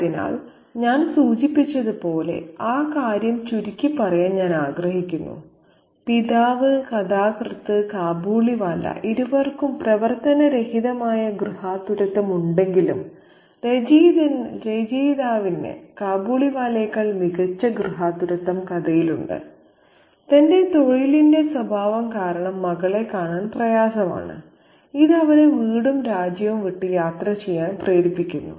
അതിനാൽ ഞാൻ സൂചിപ്പിച്ചതുപോലെ ആ കാര്യം ചുരുക്കി പറയാൻ ഞാൻ ആഗ്രഹിക്കുന്നു പിതാവ് കഥാകൃത്ത് കാബൂളിവാല ഇരുവർക്കും പ്രവർത്തനരഹിതമായ ഗൃഹാതുരത്വം ഉണ്ടെങ്കിലും രചയിതാവിന്ന് കാബൂളിവാലയേക്കാൾ മികച്ച ഗൃഹാതുരത്വം കഥയിലുണ്ട് തന്റെ തൊഴിലിന്റെ സ്വഭാവം കാരണം മകളെ കാണാൻ പ്രയാസമാണ് ഇത് അവനെ വീടും രാജ്യവും വിട്ട് യാത്ര ചെയ്യാൻ പ്രേരിപ്പിക്കുന്നു